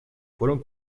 fueron